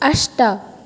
अष्ट